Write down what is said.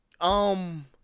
Um-